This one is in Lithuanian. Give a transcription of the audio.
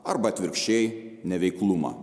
arba atvirkščiai neveiklumą